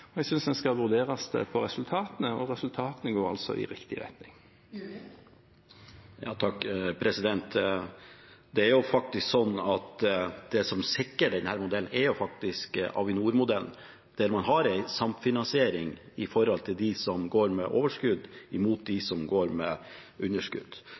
Jeg synes en skal vurderes på resultatene, og resultatene går altså i riktig retning. Det er faktisk sånn at det som sikrer denne modellen, er Avinor-modellen, der man har en samfinansiering mellom dem som går med overskudd og dem som går med underskudd.